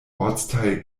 ortsteil